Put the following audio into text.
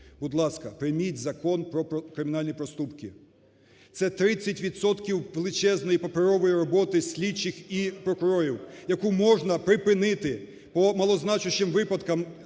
Будь ласка, прийміть Закон про кримінальні проступки. Це 30 відсотків величезної паперової роботи слідчих і прокурорів, яку можна припинити. По малозначущим випадкам,